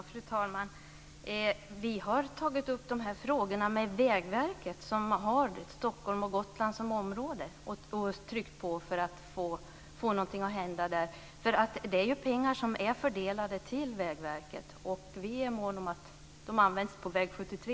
Fru talman! Vi har tagit upp dessa frågor med Vägverket som har Stockholm och Gotland som område och tryckt på för att få någonting att hända. Detta är ju pengar som har fördelats till Vägverket. Och vi är måna om att de används för väg 73.